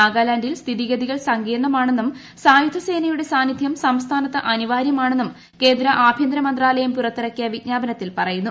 നാഗാലാന്റിൽ സ്ഥിതിഗതികൾ സങ്കീർണ്ണമാണെന്നും സായുധ സേനയുടെ സാന്നിദ്ധ്യം സംസ്ഥാനത്ത് അനിവാരൃമാണെന്നും കേന്ദ്ര ആഭ്യന്തരമന്ത്രാലയം പുറത്തിറക്കിയ വിജ്ഞാപനത്തിൽ പറയുന്നു